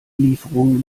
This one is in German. lieferung